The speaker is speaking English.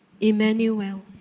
Emmanuel